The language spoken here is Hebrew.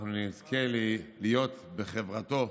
אנחנו נזכה להיות בחברתו.